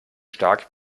stark